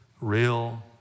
real